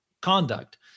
conduct